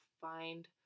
find